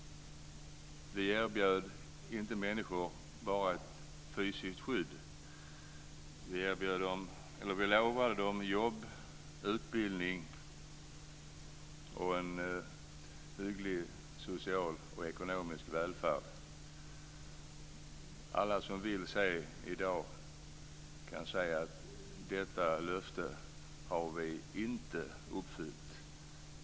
Vi erbjöd inte människor bara ett fysiskt skydd, utan vi lovade dem också jobb, utbildning och en hygglig social och ekonomisk välfärd. Alla som vill kan i dag se att detta löfte har vi inte uppfyllt.